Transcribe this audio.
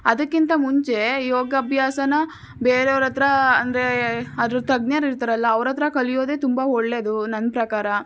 ಅದಕ್ಕಿಂತ ಮುಂಚೆ ಯೋಗಾಭ್ಯಾಸನ ಬೇರೆಯವರತ್ರ ಅಂದರೆ ಅದ್ರ ತಜ್ಞರು ಇರ್ತಾರಲ್ಲ ಅವರತ್ರ ಕಲಿಯೋದೆ ತುಂಬ ಒಳ್ಳೆಯದು ನನ್ನ ಪ್ರಕಾರ